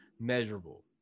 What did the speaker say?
measurable